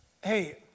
hey